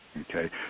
okay